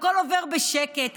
והכול עובר בשקט,